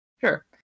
Sure